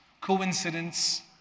Coincidence